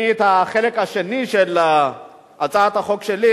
אני את החלק השני של הצעת החוק שלי,